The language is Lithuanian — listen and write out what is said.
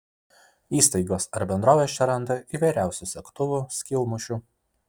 įstaigos ar bendrovės čia randa įvairiausių segtuvų skylmušių